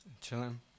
Chilling